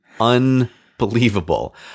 Unbelievable